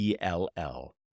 ELL